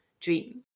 dream